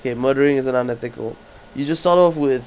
K murdering isn't unethical you just start off with